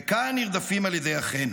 וכאן נרדפים על ידי אחינו"